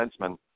defenseman